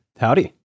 Howdy